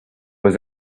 was